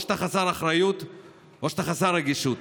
או שאתה חסר אחריות או שאתה חסר רגישות.